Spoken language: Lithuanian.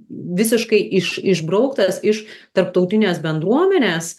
visiškai iš išbrauktas iš tarptautinės bendruomenės